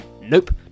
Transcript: Nope